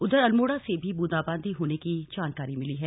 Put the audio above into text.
उधर अल्मोड़ा से भी बूंदाबादी होने की जानकारी मिली है